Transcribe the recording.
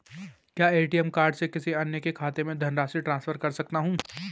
क्या ATM card से किसी अन्य खाते में धनराशि ट्रांसफर कर सकता हूँ?